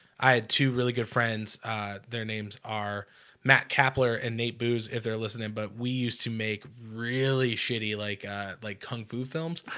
i had two really good friends their names are matt kapler and nate boos if they're listening, but we used to make really shitty like like kung fu films